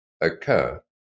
occur